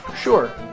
Sure